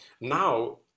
now